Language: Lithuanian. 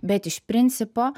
bet iš principo